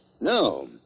No